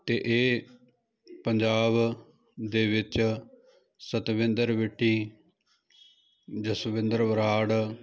ਅਤੇ ਇਹ ਪੰਜਾਬ ਦੇ ਵਿੱਚ ਸਤਵਿੰਦਰ ਬਿੱਟੀ ਜਸਵਿੰਦਰ ਬਰਾੜ